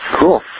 Cool